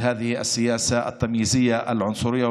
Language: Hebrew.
ובכפרים הבלתי-מוכרים.